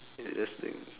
interesting